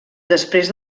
després